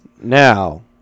Now